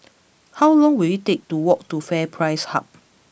how long will it take to walk to FairPrice Hub